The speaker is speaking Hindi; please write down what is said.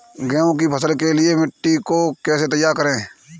गेहूँ की फसल के लिए मिट्टी को कैसे तैयार करें?